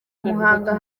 muhanga